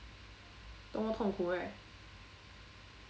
多么痛苦 right